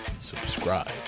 subscribe